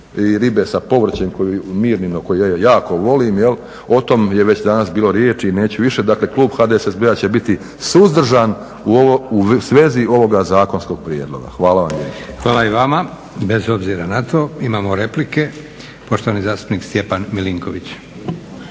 i ribe sa povrćem Mirnino koje ja jako volim. O tom je već danas bilo riječi i neću više. Dakle, Klub HDSSB-a će biti suzdržan u svezi ovoga zakonskog prijedloga. Hvala vam lijepa. **Leko, Josip (SDP)** Hvala i vama. Bez obzira na to, imamo replike. Poštovani zastupnik Stjepan Milinković.